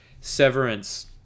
Severance